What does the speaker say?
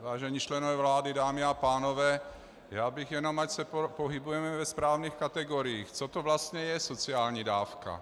Vážení členové vlády, dámy a pánové, já bych jenom, ať se pohybujeme ve správných kategoriích, co to vlastně je sociální dávka.